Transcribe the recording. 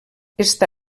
està